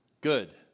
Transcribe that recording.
good